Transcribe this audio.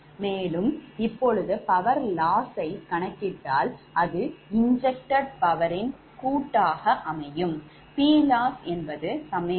மேலும் இப்பொழுது power loss ஐ கணக்கிட்டால் அது injected power ரின் கூட்டாக அமையும்